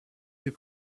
des